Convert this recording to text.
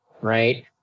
right